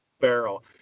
barrel